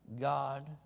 God